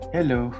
Hello